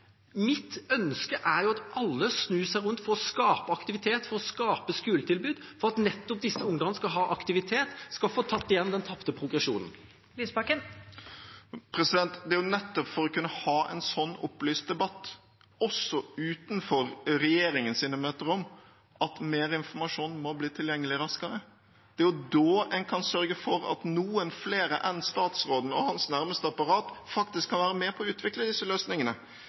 Mitt ønske er at alle snur seg rundt for å skape aktivitet, for å skape skoletilbud, for at nettopp disse ungene skal ha aktivitet, skal få tatt igjen den tapte progresjonen. Audun Lysbakken – til oppfølgingsspørsmål. Det er nettopp for å kunne ha en sånn opplyst debatt også utenfor regjeringens møterom at mer informasjon må bli tilgjengelig raskere. Det er da en kan sørge for at noen flere enn statsråden og hans nærmeste apparat faktisk kan være med på å utvikle disse løsningene.